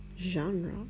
genre